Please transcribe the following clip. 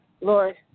Lord